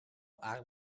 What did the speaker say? عقل